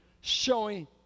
showing